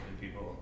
people